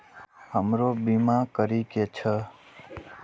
हमरो बीमा करीके छः?